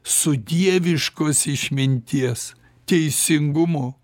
su dieviškos išminties teisingumo